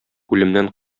үлемнән